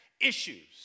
issues